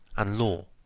and law,